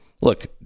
look